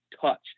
touch